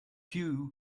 queue